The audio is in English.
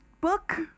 Book